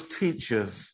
teachers